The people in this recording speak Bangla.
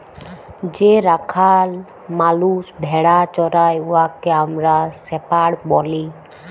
যে রাখাল মালুস ভেড়া চরাই উয়াকে আমরা শেপাড় ব্যলি